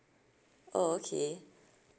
oh okay